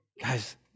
Guys